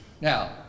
Now